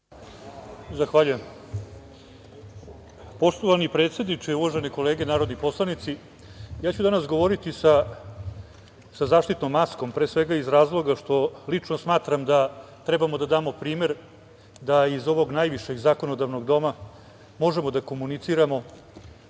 Zahvaljujem. Poštovani predsedniče, uvažene kolege narodni poslanici, ja ću danas govoriti sa zaštitnom maskom, pre svega iz razloga što lično smatram da trebamo da damo primer da iz ovog najvišeg zakonodavnog doma možemo da komuniciramo